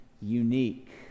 unique